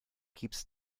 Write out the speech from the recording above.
keeps